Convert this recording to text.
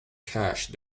cash